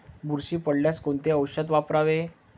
बुरशी पडल्यास कोणते औषध वापरावे?